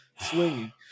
swinging